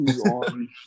on